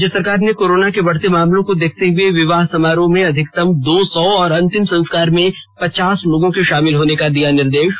राज्य सरकार ने कोरोना के बढ़ते मामलों को देखते हुए विवाह समारोह में अधिकतम दो सौ और अंतिम संस्कार में पचास लोगों के शामिल होने का निर्देश दिया